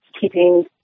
keeping